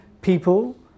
people